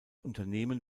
unternehmen